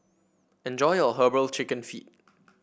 enjoy your herbal chicken feet